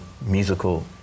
musical